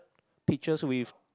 pictures with